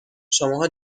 شماها